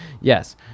Yes